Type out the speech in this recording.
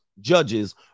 judges